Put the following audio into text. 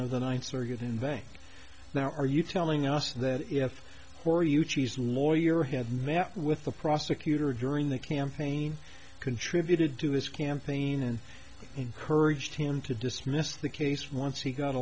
know the ninth circuit in vain now are you telling us that if gore you cheese lawyer had met with the prosecutor during the campaign contributed to his campaign and encouraged him to dismiss the case once he got